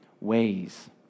ways